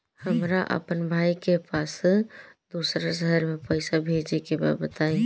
हमरा अपना भाई के पास दोसरा शहर में पइसा भेजे के बा बताई?